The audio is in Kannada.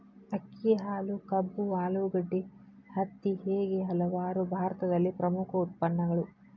ಅಕ್ಕಿ, ಹಾಲು, ಕಬ್ಬು, ಆಲೂಗಡ್ಡೆ, ಹತ್ತಿ ಹೇಗೆ ಹಲವಾರು ಭಾರತದಲ್ಲಿ ಪ್ರಮುಖ ಉತ್ಪನ್ನಗಳು